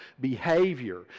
behavior